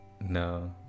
no